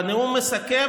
בנאום המסכם,